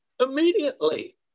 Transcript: Immediately